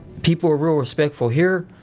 people were real respectful. here,